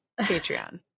patreon